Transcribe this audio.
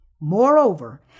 Moreover